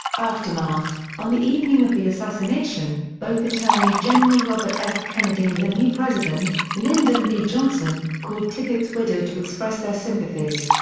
aftermath on the evening of the assassination, both attorney general robert f. kennedy and the new president, lyndon b. johnson, called tippit's widow to express their sympathies.